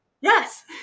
yes